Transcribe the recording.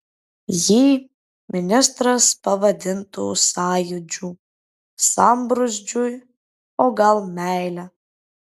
jį ministras pavadintų sąjūdžiu sambrūzdžiu o gal meile